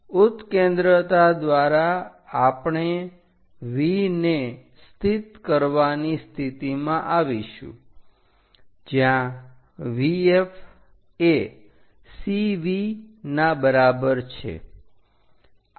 ઉત્કેન્દ્રતા દ્વારા આપણે V ને સ્થિત કરવાની સ્થિતિમાં આવીશું જ્યાં VF એ CV ના બરાબર છે